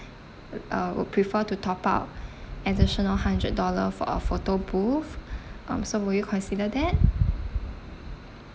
uh would prefer to top up additional hundred dollar for a photo booth um so will you consider that